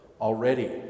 already